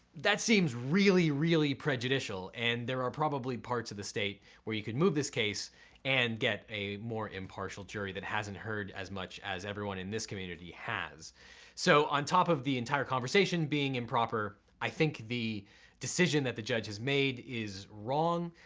that seems really really prejudicial and there are probably parts of the state where you can move this case and get a more impartial jury that hasn't heard as much as everyone in this community has so on top of the entire conversation being improper, i think the decision that the judge has made is wrong,